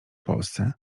polsce